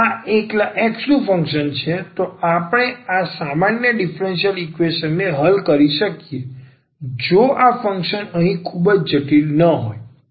જો આ એકલા x નું ફંક્શન છે તો આપણે આ સામાન્ય ડિફરન્સલ ઇક્વેશન ને હલ કરી શકીએ જો આ ફંકશન અહીં ખૂબ જટિલ ન હોય